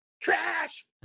Trash